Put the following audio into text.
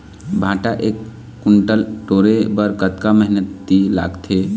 भांटा एक कुन्टल टोरे बर कतका मेहनती लागथे?